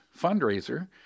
fundraiser